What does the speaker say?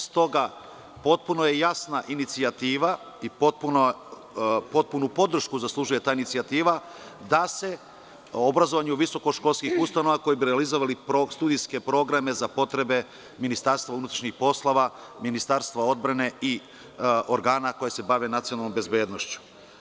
Stoga, potpuno je jasna inicijativa i potpunu podršku zaslužuje ta inicijativa, da se obrazovanju visokoškolskih ustanova koje bi realizovali studijske programe za potrebe Ministarstva unutrašnjih poslova, Ministarstva odbrane i organa koji se bave nacionalnom bezbednošću.